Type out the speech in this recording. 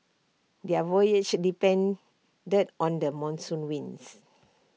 their voyages depended on the monsoon winds